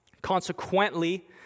consequently